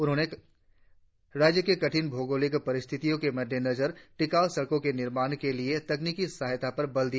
उन्होंने राज्य के कठिन भौगोलिक परिस्थितियों के मद्देनजर टिकाव सड़को के निमार्ण के लिए तकनिकी सहायता पर बल दिया